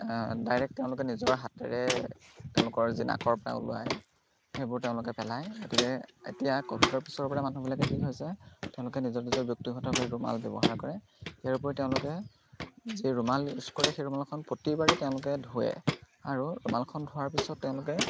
direct তেওঁলোকে নিজৰ হাতেৰে তেওঁলোকৰ যি নাকৰ পৰা ওলোৱাই সেইবোৰ তেওঁলোকে পেলায় গতিকে এতিয়া ক'ভিডৰ পিছৰ পৰা মানুহবিলাকে কি হৈছে তেওঁলোকে নিজৰ নিজৰ ব্যক্তিগতভাৱে ৰুমাল ব্যৱহাৰ কৰে ইয়াৰ উপৰিও তেওঁলোকে যি ৰুমাল ইউজ কৰে সেই ৰুমালখন প্ৰতিবাৰে তেওঁলোকে ধুৱে আৰু ৰুমালখন ধোৱাৰ পিছত তেওঁলোকে